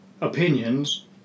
opinions